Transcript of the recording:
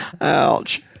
Ouch